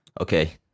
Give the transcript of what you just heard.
Okay